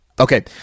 Okay